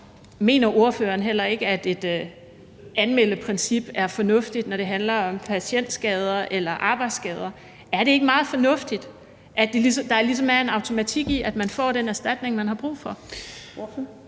Mener ordføreren heller ikke, at et anmeldeprincip er fornuftigt, når det handler om patientskader eller arbejdsskader? Er det ikke meget fornuftigt, at der ligesom er en automatik i, at man får den erstatning, man har brug for?